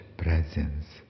presence